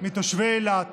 מתושבי אילת